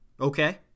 Okay